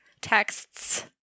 texts